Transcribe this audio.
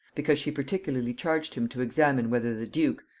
because she particularly charged him to examine whether the duke,